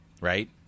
Right